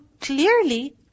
clearly